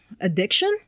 addiction